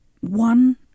one